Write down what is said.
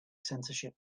censorship